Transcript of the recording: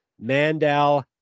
mandel